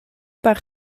par